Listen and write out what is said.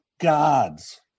gods